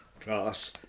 class